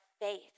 faith